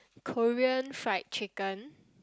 Korean fried chicken